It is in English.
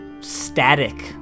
static